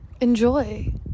Enjoy